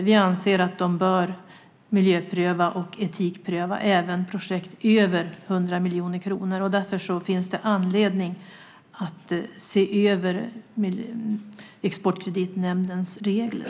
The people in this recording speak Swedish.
Vi anser att man bör miljöpröva och etikpröva också projekt under den nivån. Därför finns det anledning att se över Exportkreditnämndens regler.